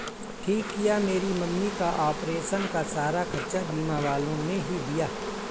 ठीक किया मेरी मम्मी का ऑपरेशन का सारा खर्चा बीमा वालों ने ही दिया